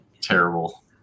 Terrible